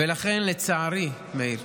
לכן, לצערי, מאיר,